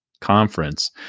conference